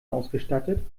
ausgestattet